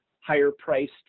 higher-priced